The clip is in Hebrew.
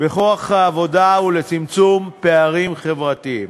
בכוח העבודה ולצמצום פערים חברתיים.